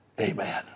Amen